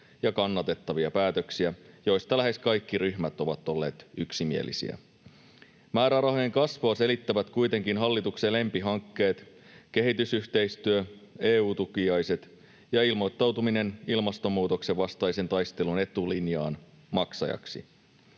ja kannatettavia päätöksiä, joista lähes kaikki ryhmät ovat olleet yksimielisiä. Määrärahojen kasvua selittävät kuitenkin hallituksen lempihankkeet: kehitysyhteistyö, EU-tukiaiset ja ilmoittautuminen ilmastonmuutoksen vastaisen taistelun etulinjaan — maksajaksi.